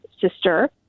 sister